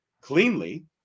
cleanly